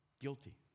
Guilty